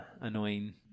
annoying